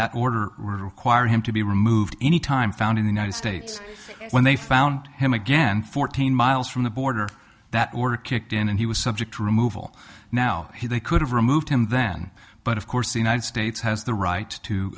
that order require him to be removed any time found in the united states when they found him again fourteen miles from the border that order kicked in and he was subject to removal now he they could have removed him then but of course the united states has the right to